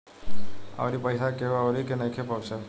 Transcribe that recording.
अउरी पईसा केहु अउरी के नइखे पहुचत